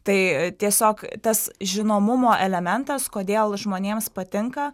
tai tiesiog tas žinomumo elementas kodėl žmonėms patinka